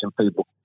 people